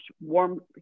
warm